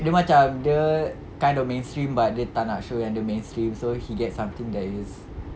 dia macam dia kind of mainstream but dia tak nak show yang dia mainstream so he gets something that is